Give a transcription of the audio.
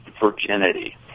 virginity